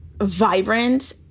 vibrant